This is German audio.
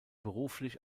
beruflich